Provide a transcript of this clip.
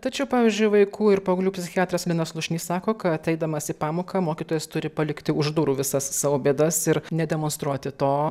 tačiau pavyzdžiui vaikų ir paauglių psichiatras linas slušnys sako kad eidamas į pamoką mokytojas turi palikti už durų visas savo bėdas ir nedemonstruoti to